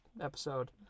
episode